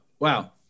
Wow